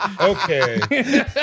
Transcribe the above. Okay